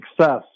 success